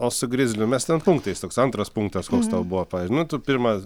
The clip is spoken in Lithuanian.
o su grizliu mes ten punktais toks antras punktas koks tau buvo pavyzdžiui nu tu pirmas